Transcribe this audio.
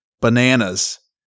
bananas